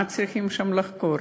מה צריכים שם לחקור?